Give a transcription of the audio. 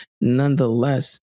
Nonetheless